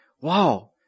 wow